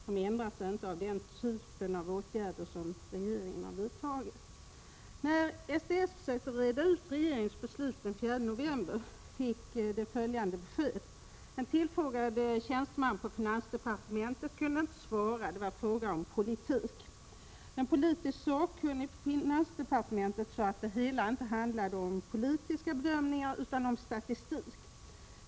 Dessutom bidrar inte den typ av åtgärder som regeringen har vidtagit till att ändra förhållandena. SDS försökte reda ut regeringens beslut av den 4 november. En tillfrågad tjänsteman på finansdepartementet kunde dock inte svara. Det var fråga om politik. Den politiskt sakkunnige på finansdepartementet sade att det hela inte handlade om politiska bedömningar utan om statistik.